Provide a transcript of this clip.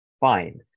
Fine